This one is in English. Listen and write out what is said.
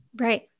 Right